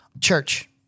Church